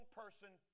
person